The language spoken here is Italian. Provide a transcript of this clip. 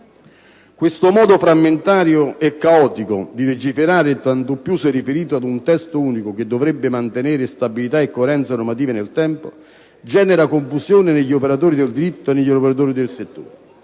Questo modo frammentario e caotico di legiferare, tanto più se riferito ad un testo unico che dovrebbe mantenere stabilità e coerenza normativa nel tempo, genera confusione negli operatori del diritto e negli operatori del settore,